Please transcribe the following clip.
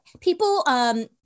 people